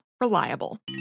reliable